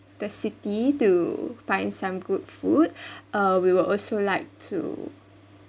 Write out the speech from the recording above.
the city to find some good food uh we will also like to